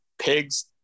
pigs